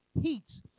heat